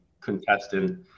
contestant